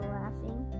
laughing